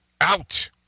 out